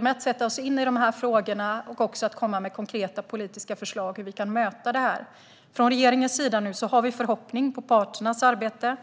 med att sätta oss in i frågorna och att komma med konkreta politiska förslag för hur vi kan möta det. Regeringen har nu förhoppningar på parternas arbete.